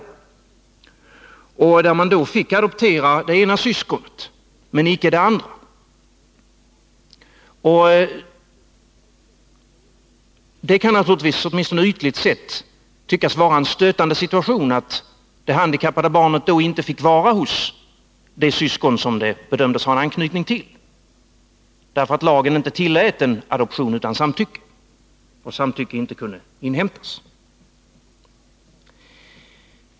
De fick adoptera det ena syskonet men inte det andra. Det kan naturligtvis, åtminstone ytligt sett, tyckas vara en stötande situation att det handikappade barnet inte fick vara hos det syskon som det bedömdes ha en anknytning till därför att lagen inte tillät en adoption utan samtycke och samtycke inte kunde inhämtas.